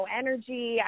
energy